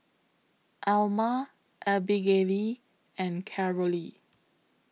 Alma Abigayle and Carolee